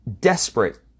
desperate